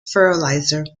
fertilizer